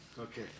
Okay